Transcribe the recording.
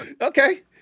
Okay